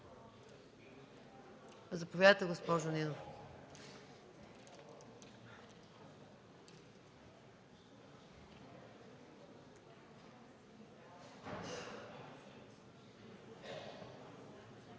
Заповядайте, госпожо Нинова.